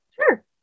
Sure